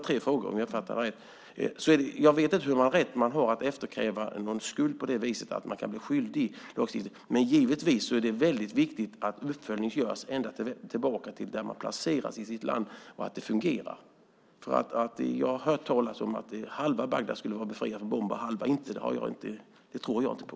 Den tredje gällde uppföljningsansvaret i hemlandet. Jag vet inte vilken rätt man har att efterkräva en skuld på det sättet, men givetvis är det viktigt att en uppföljning görs ända tillbaka till det land där den avvisade placerades för att se att det fungerar. Jag har hört talas om att halva Bagdad skulle vara befriat från bomber och halva inte. Det tror jag inte på.